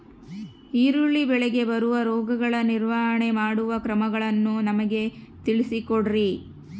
ಈರುಳ್ಳಿ ಬೆಳೆಗೆ ಬರುವ ರೋಗಗಳ ನಿರ್ವಹಣೆ ಮಾಡುವ ಕ್ರಮಗಳನ್ನು ನಮಗೆ ತಿಳಿಸಿ ಕೊಡ್ರಿ?